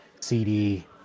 CD